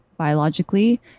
biologically